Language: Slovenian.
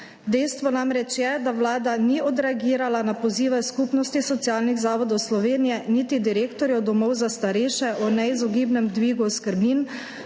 Dejstvo namreč je, da Vlada ni odreagirala na pozive Skupnosti socialnih zavodov Slovenije niti direktorjev domov za starejše o neizogibnem dvigu oskrbnin.